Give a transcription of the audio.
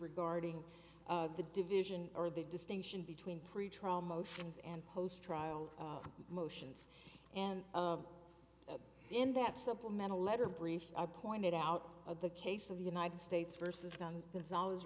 regarding the division or the distinction between pretrial motions and post trial motions and of in that supplemental letter brief i pointed out of the case of the united states versus guns that's always